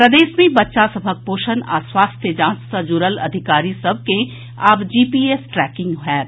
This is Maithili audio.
प्रदेश मे बच्चा सभक पोषण आ स्वास्थ्य जांच सँ जुड़ल अधिकारी सभ के आब जीपीएस ट्रैकिंग होयत